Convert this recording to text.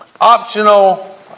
optional